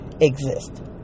exist